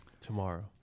Tomorrow